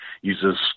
Uses